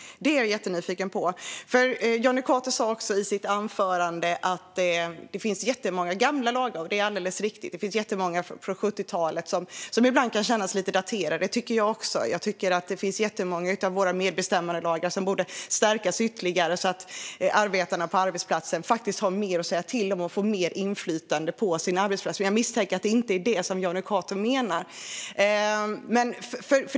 Det är jag jättenyfiken på. Jonny Cato sa också i sitt anförande att det finns jättemånga gamla lagar, och det är alldeles riktigt. Det finns jättemånga lagar från 70-talet som ibland kan kännas lite daterade, tycker även jag. Det är jättemånga av våra medbestämmandelagar som borde stärkas ytterligare så att arbetarna har mer att säga till om och får mer inflytande på sin arbetsplats. Men jag misstänker att det inte är detta Jonny Cato menar.